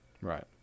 Right